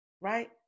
Right